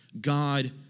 God